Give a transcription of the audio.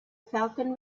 falcon